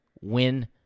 win